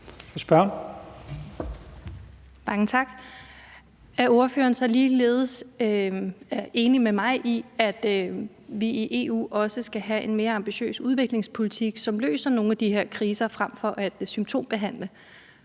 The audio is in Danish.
Er ordføreren så ligeledes enig med mig i, at vi i EU også skal have en mere ambitiøs udviklingspolitik, som løser nogle af de her kriser fremfor at symptombehandle,